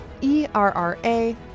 E-R-R-A